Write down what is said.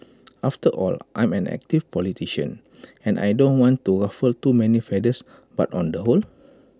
after all I'm an active politician and I don't want to ruffle too many feathers but on the whole